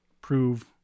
prove